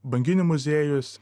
banginių muziejus